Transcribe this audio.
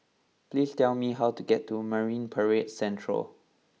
please tell me how to get to Marine Parade Central